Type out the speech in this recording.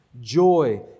Joy